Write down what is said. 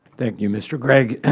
thank you, mr. gregg.